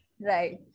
right